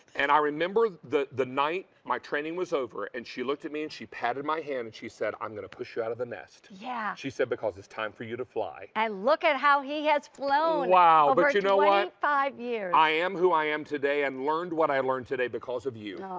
and i remember the the night my training was over. and she looked at me and she pats my hand and she said, i'm going to push you out of the nest, yeah she said, because it's time for you to fly. and look at how he has flown. over but you know five years! i am who i am today and learned what i learned today because of you.